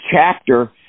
chapter